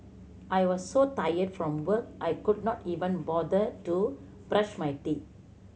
I was so tired from work I could not even bother to brush my teeth